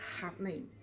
happening